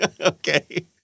Okay